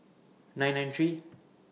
nine nine three